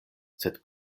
sed